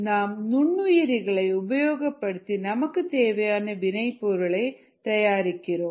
நாம் நுண்ணுயிரிகளை உபயோகப்படுத்தி நமக்குத் தேவையான வினை பொருளை தயாரிக்கிறோம்